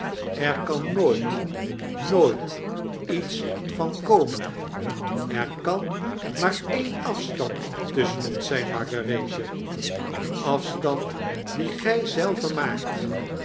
er kan nooit nooit iets van komen er kan maar een afstand tusschen ons zyn margarethe een afstand dien gij zelve maakt